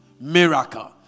miracle